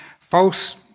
false